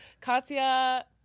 Katya